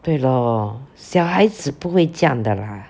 对 lor 小孩子不会这样的 lah